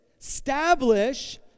establish